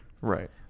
Right